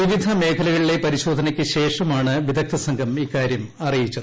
വിവിധ മേഖലകളിലെ പരിശോധനക്ക് ശേഷമാണ് വിദ്ദ്ധ്ധസംഘം ഇക്കാര്യം അറിയിച്ചത്